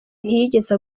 ntiyigeze